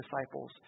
disciples